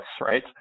right